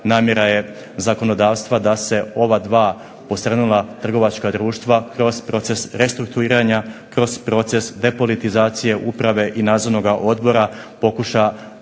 namjera je zakonodavstva da se ova dva posrnula trgovačka društva kroz proces restrukturiranja, kroz proces depolitizacija uprave i nadzornog odbora pokuša